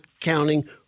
counting